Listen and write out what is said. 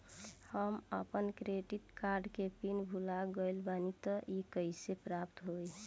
हम आपन credit card के पिन भुला गइल बानी त कइसे प्राप्त होई?